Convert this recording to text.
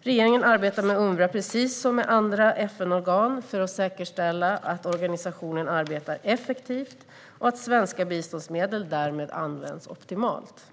Regeringen arbetar med Unrwa, precis som med andra FN-organ, för att säkerställa att organisationen arbetar effektivt och att svenska biståndsmedel därmed används optimalt.